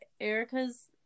Erica's